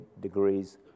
degrees